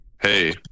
Hey